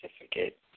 certificate